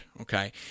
okay